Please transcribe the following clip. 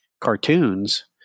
cartoons